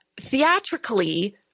theatrically